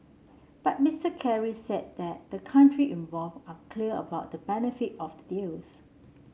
but Mister Kerry said that the country involved are clear about the benefit of deals